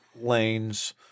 lanes